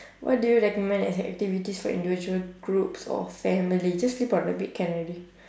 what do you recommend as an activities for individual groups or family just sleep on the bed can already